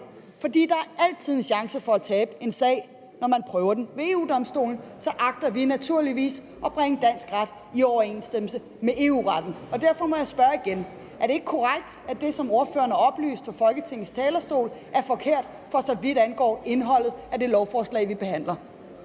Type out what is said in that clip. for der er altid en risiko for at tabe en sag, når man prøver den ved EU-Domstolen – agter vi naturligvis at bringe dansk ret i overensstemmelse med EU-retten. Derfor må jeg spørge igen: Er det ikke korrekt, at det, som ordføreren har oplyst fra Folketingets talerstol, er forkert, for så vidt angår indholdet af det lovforslag, vi behandler?